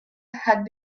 had